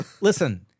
listen